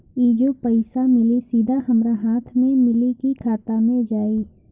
ई जो पइसा मिली सीधा हमरा हाथ में मिली कि खाता में जाई?